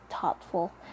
thoughtful